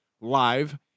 live